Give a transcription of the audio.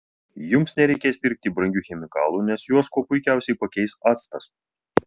jums nereikės pirkti brangių chemikalų nes juos kuo puikiausiai pakeis actas